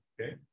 okay